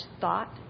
thought